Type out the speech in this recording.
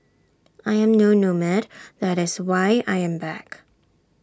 I am no nomad that's why I am back